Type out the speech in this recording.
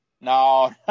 No